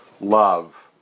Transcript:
love